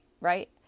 right